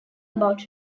about